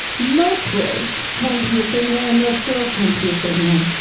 most boys tend to be a certain way, and most girls tend to be a certain way.